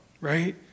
Right